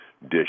Dish